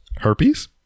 herpes